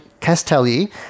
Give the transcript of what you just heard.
Castelli